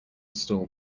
stool